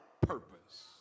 purpose